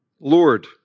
Lord